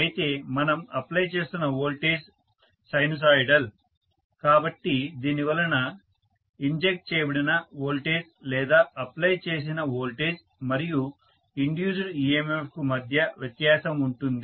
అయితే మనం అప్లై చేస్తున్న వోల్టేజ్ సైనూసోయిడల్ కాబట్టి దీనివలన ఇంజెక్ట్ చేయబడిన వోల్టేజ్ లేదా అప్లై చేసిన వోల్టేజ్ మరియు ఇండ్యూస్డ్ EMF ల మధ్య వ్యత్యాసం ఉంటుంది